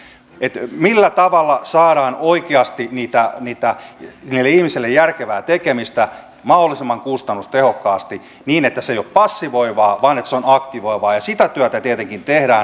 se millä tavalla saadaan oikeasti niille ihmisille järkevää tekemistä mahdollisimman kustannustehokkaasti niin että se ei ole passivoivaa vaan että se on aktivoivaa ja sitä työtä tietenkin tehdään